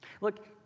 Look